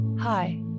Hi